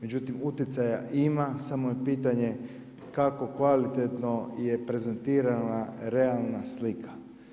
Međutim, utjecaja ima, samo je pitanje, kako kvalitetno je prezentirana realna slika.